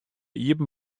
iepen